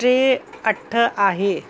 टे आठ आहे